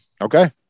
Okay